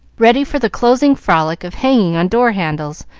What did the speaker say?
ready for the closing frolic of hanging on door-handles,